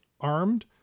armed